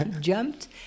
Jumped